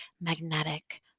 magnetic